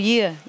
Year